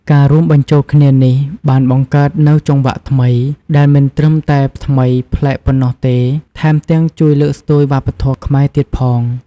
ការរួមបញ្ចូលគ្នានេះបានបង្កើតនូវចង្វាក់ថ្មី ដែលមិនត្រឹមតែថ្មីប្លែកប៉ុណ្ណោះទេ ថែមទាំងជួយលើកស្ទួយវប្បធម៌ខ្មែរទៀតផង។